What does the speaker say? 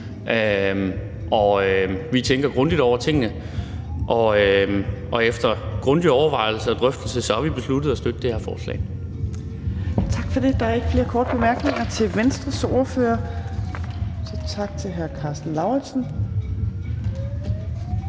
vi tænker grundigt over tingene, og efter grundige overvejelser og drøftelser har vi besluttet at støtte det her forslag. Kl. 15:54 Fjerde næstformand (Trine Torp): Tak for det. Der er ikke flere korte bemærkninger til Venstres ordfører, så tak til hr. Karsten Lauritzen.